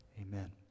Amen